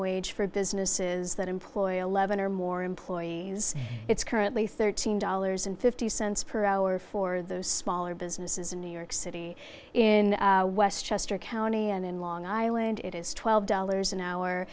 wage for businesses that employ eleven or more employees it's currently thirteen dollars and fifty cents per hour for those smaller businesses in new york city in westchester county and in long island it is twelve dollars an hour